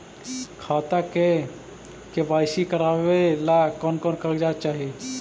खाता के के.वाई.सी करावेला कौन कौन कागजात चाही?